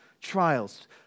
trials